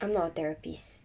I'm not a therapists